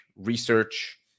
research